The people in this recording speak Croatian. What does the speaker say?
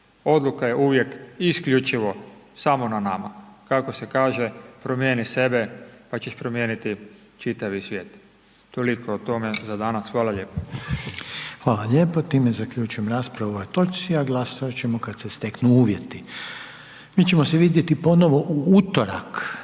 odluka je uvijek isključivo samo na nama, kako se kaže, promijeni sebe, pa ćeš promijeniti čitavi svijet. Toliko o tome za danas, hvala lijepo. **Reiner, Željko (HDZ)** Hvala lijepa. Time zaključujem raspravu u ovoj točci, a glasovati ćemo kad se steknu uvjeti. Mi ćemo se vidjeti ponovo u utorak,